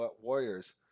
Warriors